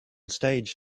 stage